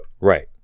Right